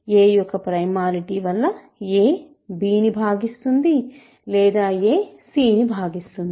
a యొక్క primality వల్ల a b ని భాగిస్తుంది లేదా a c ను భాగిస్తుంది